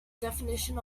definition